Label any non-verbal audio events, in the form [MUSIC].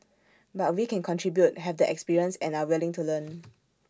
but we can contribute have the experience and are willing to learn [NOISE]